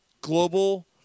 global